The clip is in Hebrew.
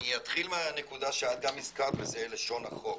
אני אתחיל מהנקודה שאת גם הזכרת וזה לשון החוק,